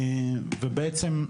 בעצם,